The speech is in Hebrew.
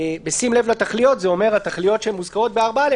בשים לב לתכליות אלה שמוזכרות ב-4א